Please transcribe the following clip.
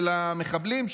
של המחבלים,